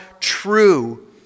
True